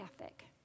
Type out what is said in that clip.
ethic